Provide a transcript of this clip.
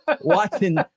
watching